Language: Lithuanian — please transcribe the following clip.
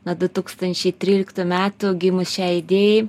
nuo du tūkstančiai tryliktų metų gimus šiai idėjai